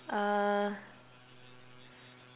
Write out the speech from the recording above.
uh